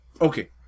Okay